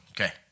Okay